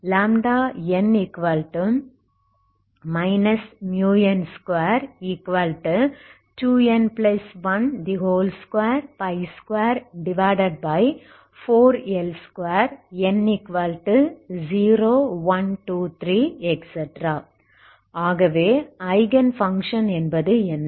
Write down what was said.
n0123 ஆகவே eigen function என்பது என்ன